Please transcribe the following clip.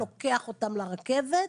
לוקח אותם לרכבת,